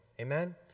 Amen